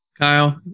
Kyle